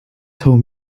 told